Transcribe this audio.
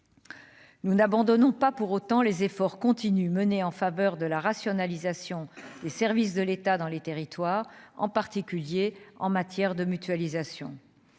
nous n'abandonnons pas pour autant les efforts continus menés en faveur de la rationalisation des services de l'État dans les territoires, en particulier en matière de mutualisation